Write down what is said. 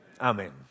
Amen